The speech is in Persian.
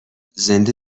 زنده